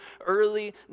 early